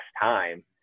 time